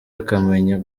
akamenya